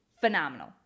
phenomenal